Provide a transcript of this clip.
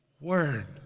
Word